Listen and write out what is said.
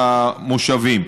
למושבים.